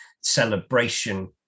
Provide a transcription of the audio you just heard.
celebration